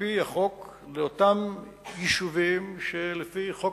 על-פי החוק לאותם יישובים שלפי חוק